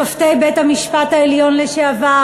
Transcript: שופטי בית-המשפט העליון לשעבר,